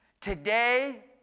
today